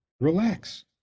relax